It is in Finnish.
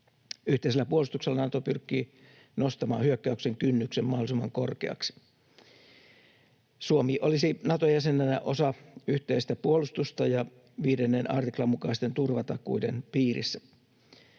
Yhteisellä puolustuksella Nato pyrkii nostamaan hyökkäyksen kynnyksen mahdollisimman korkeaksi. Suomi olisi Naton jäsenenä osa yhteistä puolustusta ja 5 artiklan mukaisten turvatakuiden piirissä.